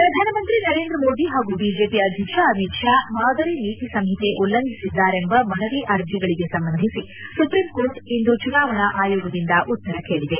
ಪ್ರಧಾನಮಂತ್ರಿ ನರೇಂದ್ರ ಮೋದಿ ಹಾಗೂ ಬಿಜೆಪಿ ಅಧ್ಯಕ್ಷ ಅಮಿತ್ ಷಾ ಮಾದರಿ ನೀತಿ ಸಂಹಿತೆ ಉಲ್ಲಂಘಿಸಿದ್ದಾರೆಂಬ ಮನವಿ ಅರ್ಜಿಗಳಿಗೆ ಸಂಬಂಧಿಸಿ ಸುಪ್ರೀಂಕೋರ್ಟ್ ಇಂದು ಚುನಾವಣಾ ಆಯೋಗದಿಂದ ಉತ್ತರ ಕೇಳಿದೆ